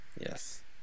Yes